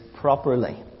properly